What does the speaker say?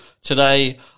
Today